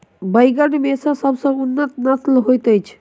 बैंगन मे केँ सबसँ उन्नत नस्ल होइत अछि?